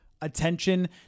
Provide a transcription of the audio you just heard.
attention